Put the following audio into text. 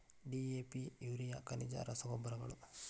DAP urea ಖನಿಜ ರಸಗೊಬ್ಬರಗಳು